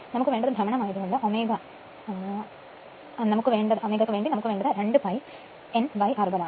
നമുക്ക് വേണ്ടത് ഭ്രമണം ആയത് കൊണ്ട് ω വേണ്ടി നമുക്ക് വേണ്ടത് 2 pi n60 ആണ്